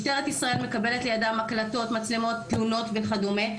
משטרת ישראל מקבלת הקלטות, מצלמות תלונות וכדומה.